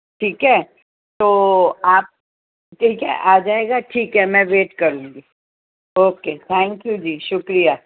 ٹھیک ہے تو آپ ٹھیک ہے آ جائے گا ٹھیک ہے میں ویٹ کروں گی اوکے تھینک یو جی شکریہ